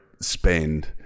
spend